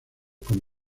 con